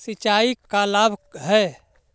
सिंचाई का लाभ है?